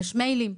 יש מיילים,